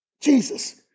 Jesus